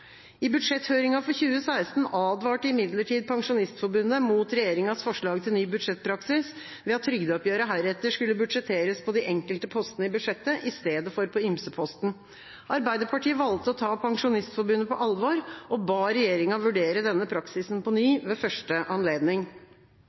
I budsjetthøringen for 2016 advarte imidlertid Pensjonistforbundet mot regjeringas forslag til ny budsjettpraksis, ved at trygdeoppgjøret heretter skulle budsjetteres på de enkelte postene i budsjettet i stedet for på ymseposten. Arbeiderpartiet valgte å ta Pensjonistforbundet på alvor og ba regjeringa vurdere denne praksisen på